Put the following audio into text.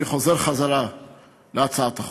אני חוזר להצעת החוק.